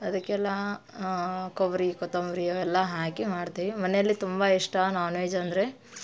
ಅದಕ್ಕೆಲ್ಲ ಕೊಬ್ಬರಿ ಕೊತ್ತಂಬರಿ ಅವೆಲ್ಲ ಹಾಕಿ ಮಾಡ್ತೀವಿ ಮನೆಯಲ್ಲಿ ತುಂಬ ಇಷ್ಟ ನಾನ್ವೆಜ್ ಅಂದರೆ